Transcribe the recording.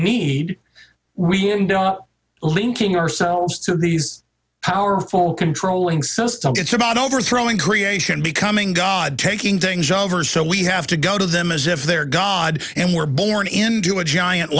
need we end up linking ourselves to these powerful controlling system gets about overthrowing creation becoming god taking things over so we have to go to them as if they're god and we're born into a giant